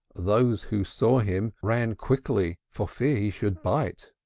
those who saw him ran quickly, for fear he should bite.